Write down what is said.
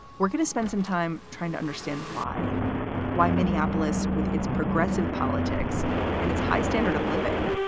we're going to spend some time trying to understand why why minneapolis, with its progressive politics and its high standard of living,